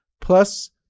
Plus